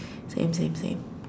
same same same